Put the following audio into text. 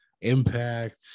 Impact